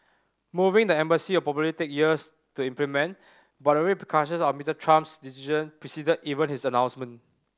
moving the embassy will probably take years to implement but the repercussions of Mister Trump's decision preceded even his announcement